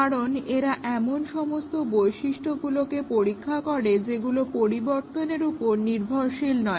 কারন এরা এমন সমস্ত বৈশিষ্ট্যকে পরীক্ষা করে যেগুলো পরিবর্তনের ওপর নির্ভরশীল নয়